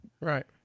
Right